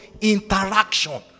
Interaction